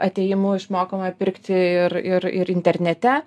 atėjimu išmokome pirkti ir ir ir internete